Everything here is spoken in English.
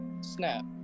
Snap